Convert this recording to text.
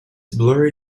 blurry